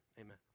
Amen